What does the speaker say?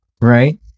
right